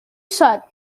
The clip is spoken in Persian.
شاد